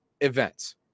events